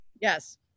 Yes